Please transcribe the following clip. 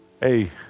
hey